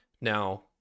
Now